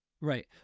Right